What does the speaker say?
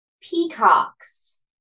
peacocks